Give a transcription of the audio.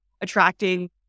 attracting